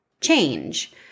change